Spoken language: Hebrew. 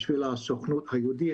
בשביל הסוכנות היהודית,